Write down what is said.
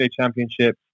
Championship